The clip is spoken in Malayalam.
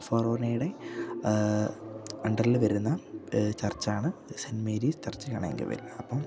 സൊറോണയുടെ അണ്ടറിൽ വരുന്ന ചർച്ചാണ് സെൻ്റ് മേരീസ് ചർച്ച് കണയങ്കവയൽ അപ്പം